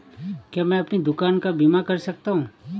क्या मैं अपनी दुकान का बीमा कर सकता हूँ?